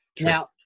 Now